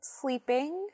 sleeping